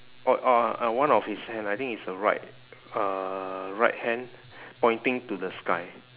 oh ah uh one of his hand I think it's the right uh right hand pointing to the sky